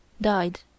died